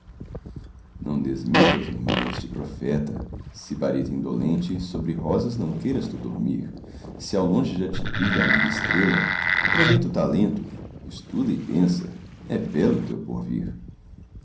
não desmintas irmão este profeta sibarita indolente sobre rosas não queiras tu dormir se ao longe já te brilha amiga estrela proveito o talento estuda e pensa é belo o teu porvir